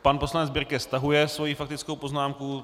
Pan poslanec Birke stahuje svoji faktickou poznámku.